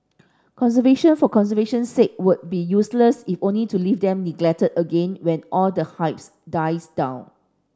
conservation for conservation's sake would be useless if only to leave them neglected again when all the hypes dies down